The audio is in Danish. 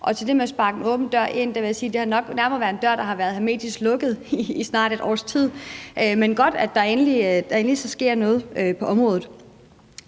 og til det med at sparke en åben dør ind vil jeg sige, at det nok nærmere har været en dør, der har været hermetisk lukket i snart et års tid. Men det er godt, at der så endelig sker noget på området.